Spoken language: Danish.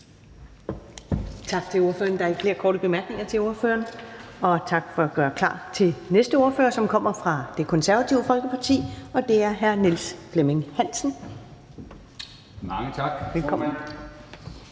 Tak til ordføreren, der er ikke flere korte bemærkninger til ordføreren, og tak for at gøre klar til den næste ordfører, som kommer fra Det Konservative Folkeparti. Det er hr. Niels Flemming Hansen. Velkommen.